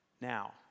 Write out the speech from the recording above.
Now